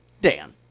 Dan